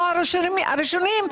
אנו הראשונים,